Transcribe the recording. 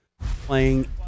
playing